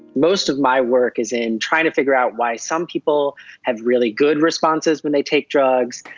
most of my work is in trying to figure out why some people have really good responses when they take drugs,